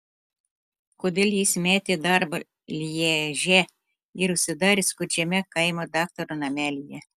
kodėl jis metė darbą lježe ir užsidarė skurdžiame kaimo daktaro namelyje